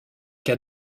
qu’a